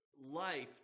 life